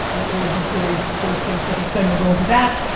the origin stories, those things get me excited. we'll go into that.